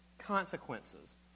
consequences